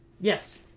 yes